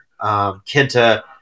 Kenta